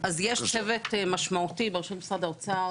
אז יש צוות משמעותי בראשות משרד האוצר